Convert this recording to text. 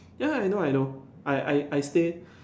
ya I know I know I I I stay